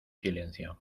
silencio